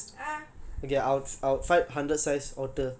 you never answer right uh